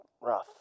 rough